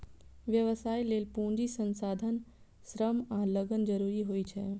व्यवसाय लेल पूंजी, संसाधन, श्रम आ लगन जरूरी होइ छै